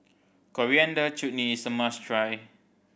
Coriander Chutney is a must try